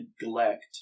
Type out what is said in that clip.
neglect